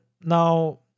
now